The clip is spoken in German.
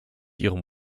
ihren